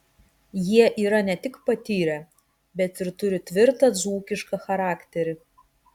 jie yra ne tik patyrę bet ir turi tvirtą dzūkišką charakterį